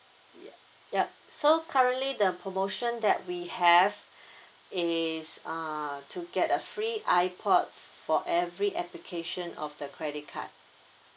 yea yup so currently the promotion that we have is uh to get a free iPod f~ for every application of the credit card